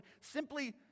simply